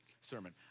sermon